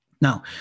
Now